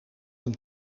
een